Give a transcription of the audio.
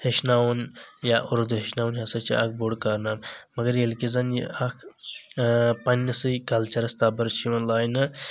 ہیچھناوُن یا اُردوٗ ہیچھناوُن یہِ ہسا چھ اکھ بوٚڑ کارنامہٕ مگر ییٚلہِ کہِ زَن یہِ اکھ پننسے کلچرس تبر چھ یِوان لاینہٕ